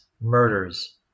murders